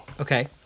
Okay